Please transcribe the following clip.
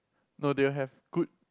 no they will have good